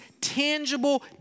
tangible